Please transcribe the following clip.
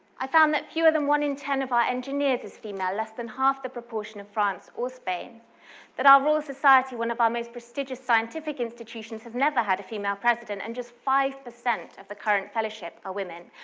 i found that fewer than one in ten of our engineers is female, less than half the proportion of france or spain that our royal society, one of our most prestigious scientific institutions, has never had a female president, and just five per cent of the current fellowship are women.